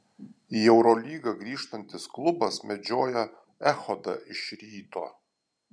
į eurolygą grįžtantis klubas medžioja echodą iš ryto